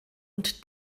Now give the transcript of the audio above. und